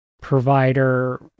provider